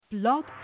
Blog